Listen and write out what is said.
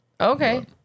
Okay